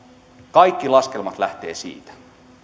kaikki laskelmat lähtevät siitä